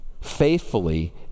faithfully